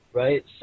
right